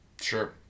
Sure